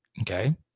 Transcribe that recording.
Okay